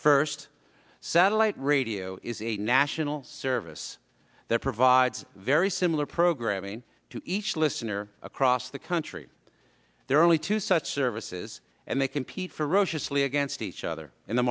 first satellite radio is a national service that provides very similar programming to each listener across the country there are only two such services and they compete ferociously against each other in the